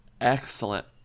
excellent